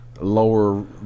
lower